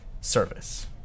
service